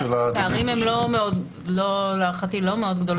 הפערים להערכתי לא מאוד גדולים.